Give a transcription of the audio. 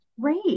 Great